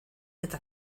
eta